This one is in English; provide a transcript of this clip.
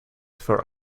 for